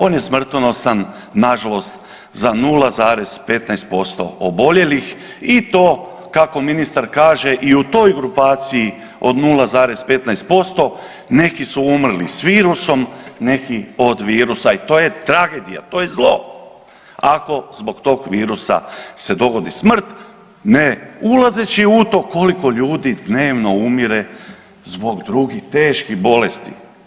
On je smrtonosan, nažalost za 0,15% oboljelih i to kako ministar kaže, i u toj grupaciji od 0,15% neki su umrli s virusom, neki od virusa i to je tragedija, to je zlo, ako zbog tog virusa se dogodi smrt, ne ulazeći u to koliko ljudi dnevno umire zbog drugih teških bolesti.